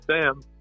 Sam